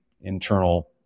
internal